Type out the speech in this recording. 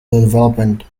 development